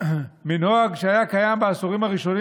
מנוהג שהיה קיים בעשורים הראשונים